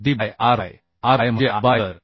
7 D by R Y R Y म्हणजे Iyबाय a